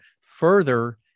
further